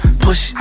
push